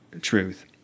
truth